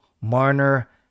Marner